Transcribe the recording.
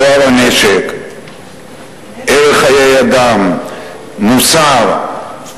טוהר הנשק, ערך חיי אדם, מוסר,